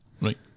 right